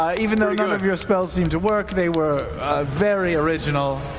even though none of your spells seemed to work, they were very original.